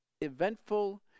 eventful